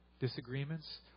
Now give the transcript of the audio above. disagreements